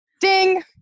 Ding